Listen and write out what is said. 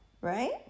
right